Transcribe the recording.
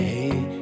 Hey